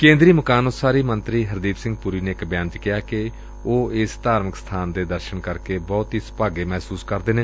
ਕੇ'ਦਰੀ ਮਕਾਨ ਊਸਾਰੀ ਮੰਤਰੀ ਹਰਦੀਪ ਸਿੰਘ ਪੁਰੀ ਨੇ ਇਕ ਬਿਆਨ ਚ ਕਿਹਾ ਕਿ ਊਹ ਇਸ ਧਾਰਮਿਕ ਸਬਾਨ ਦੇ ਦਰਸ਼ਨ ਕਰਕੇ ਬਹੁਤ ਹੀ ਸੁਭਾਗੇ ਮਹਿਸੁਸ ਕਰਦੇ ਨੇ